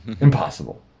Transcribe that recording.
Impossible